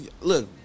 Look